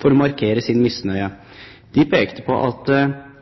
for å markere sin misnøye. De pekte på at